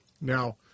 Now